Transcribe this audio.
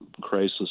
crisis